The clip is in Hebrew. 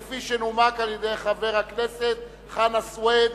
כפי שנומק על-ידי חבר הכנסת חנא סוייד.